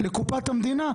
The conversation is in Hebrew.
לקופת המדינה,